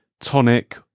tonic